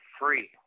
free